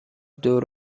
دور